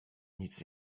nic